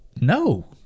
No